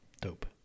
dope